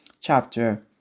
chapter